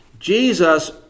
Jesus